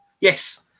yes